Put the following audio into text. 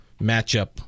matchup